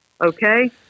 okay